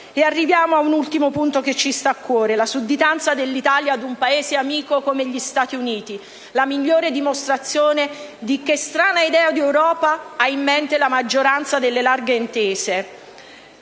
Arriviamo a un ultimo punto che ci sta a cuore: la sudditanza dell'Italia ad un Paese amico come gli Stati Uniti, la migliore dimostrazione di che strana idea di Europa ha in mente la maggioranza delle larghe intese.